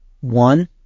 One